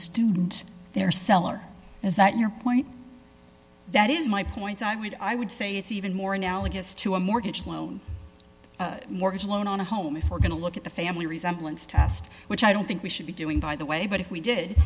student their seller is that your point that is my point i would i would say it's even more analogous to a mortgage loan mortgage loan on a home if we're going to look at the family resemblance test which i don't think we should be doing by the way but if we did